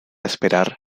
esperar